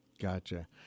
Gotcha